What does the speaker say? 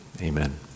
amen